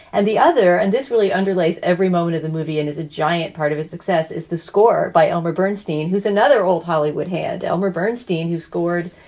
and the other and this really underlies every moment of the movie and is a giant part of his success is the score by elmer bernstein, who's another old hollywood. had elmer bernstein, who scored,